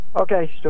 Okay